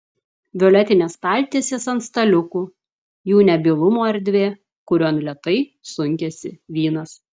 violetinės staltiesės ant staliukų jų nebylumo erdvė kurion lėtai sunkiasi vynas